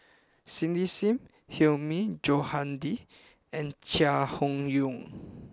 Cindy Sim Hilmi Johandi and Chai Hon Yoong